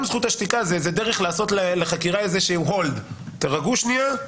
גם זכות השתיקה היא דרך לעשות לחקירה איזשהו HOLD. תירגעו שנייה,